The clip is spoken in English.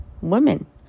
women